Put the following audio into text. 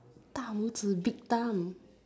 大拇指 big thumb